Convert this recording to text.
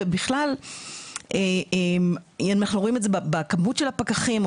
ובכלל אנחנו רואים את זה בכמות של הפקחים,